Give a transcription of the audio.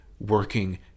working